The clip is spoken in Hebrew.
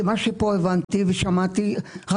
כי ממה שהבנתי ושמעתי פה,